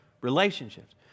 Relationships